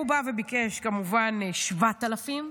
הוא בא וביקש כמובן 7,000,